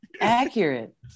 accurate